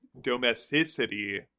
domesticity